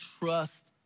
trust